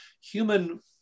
Human